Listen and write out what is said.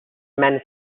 men